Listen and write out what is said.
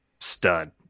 stud